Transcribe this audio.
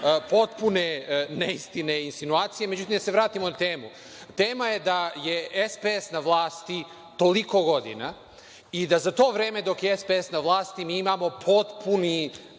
potpuno neistine i insinuacije. Da se vratimo na temu. Tema je da je SPS na vlasti toliko godina i da za to vreme dok je SPS na vlasti mi imamo potpuni